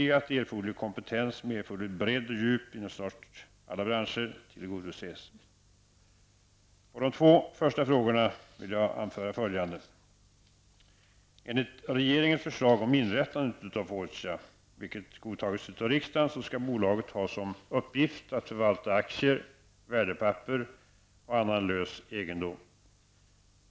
Med anledning av de två första frågorna vill jag anföra följande: Enligt regeringens förslag om inrättandet av Fortia, vilket godtagits av riksdagen, skall bolaget ha som uppgift att förvalta aktier, värdepapper och annan lös egendom.